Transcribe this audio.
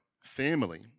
family